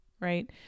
right